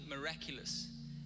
miraculous